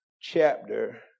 chapter